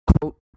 quote